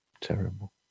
Terrible